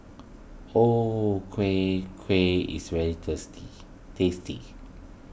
O Kueh Kueh is very tasty